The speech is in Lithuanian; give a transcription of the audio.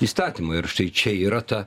įstatymą ir štai čia yra ta